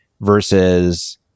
versus